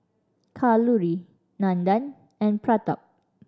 Kalluri Nandan and Pratap